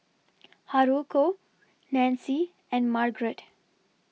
Haruko Nancy and Margrett